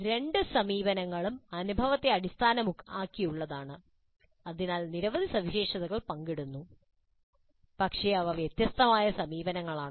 രണ്ട് സമീപനങ്ങളും അനുഭവത്തെ അടിസ്ഥാനമാക്കിയുള്ളതാണ് അതിനാൽ നിരവധി സവിശേഷതകൾ പങ്കിടുന്നു പക്ഷേ അവ വ്യത്യസ്തമായ സമീപനങ്ങളാണ്